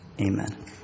Amen